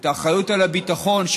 את האחריות על הביטחון,